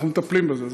אנחנו מטפלים בזה.